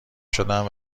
شدم